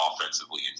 offensively